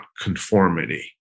conformity